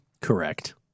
Correct